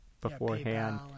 beforehand